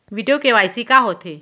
video KYC का होथे